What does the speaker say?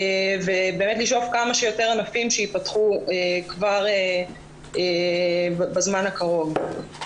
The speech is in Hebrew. באמת לשאוף לכך שכמה שיותר ענפים ייפתחו כבר בזמן הקרוב.